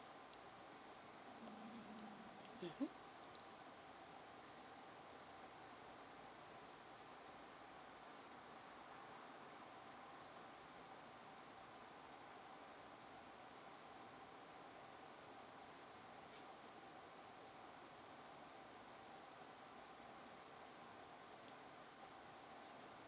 mmhmm